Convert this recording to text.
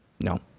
no